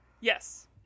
Yes